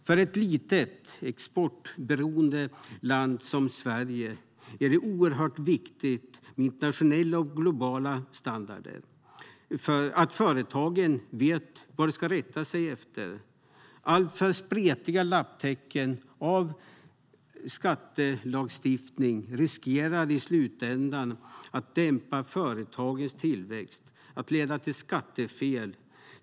För ett litet exportberoende land som Sverige är det oerhört viktigt med internationella och globala standarder så att företagen vet vad de ska rätta sig efter. Alltför spretiga lapptäcken av skattelagstiftning riskerar i slutändan att dämpa företagens tillväxt och att leda till skattefel.